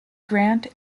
grant